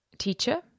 teacher